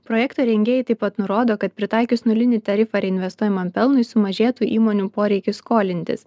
projekto rengėjai taip pat nurodo kad pritaikius nulinį tarifą reinvestuojamam pelnui sumažėtų įmonių poreikis skolintis